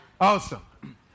Awesome